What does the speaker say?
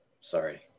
Sorry